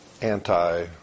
anti